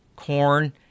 Corn